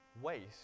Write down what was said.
waste